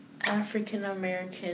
African-American